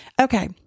Okay